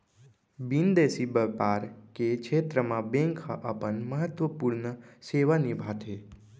बिंदेसी बैपार के छेत्र म बेंक ह अपन महत्वपूर्न सेवा निभाथे